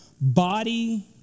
body